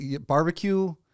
Barbecue